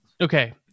okay